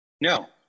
No